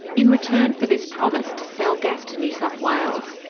in return for this promise to sell gas to new south wales,